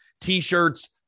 T-shirts